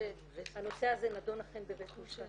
הנושא הזה נדון אכן בבית משפט.